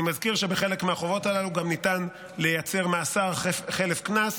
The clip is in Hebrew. אני מזכיר שבחלק מהחובות הללו גם ניתן לייצר מאסר חלף קנס,